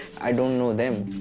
i don't know them!